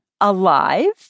alive